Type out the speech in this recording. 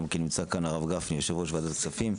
נמצא כאן גם הרב גפני, יושב-ראש ועדת כספים.